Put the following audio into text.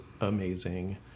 amazing